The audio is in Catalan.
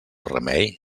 remei